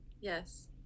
Yes